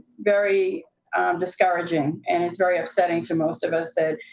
very discouraging and it's very upsetting to most of us that,